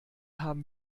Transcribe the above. haben